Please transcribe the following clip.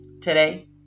Today